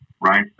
right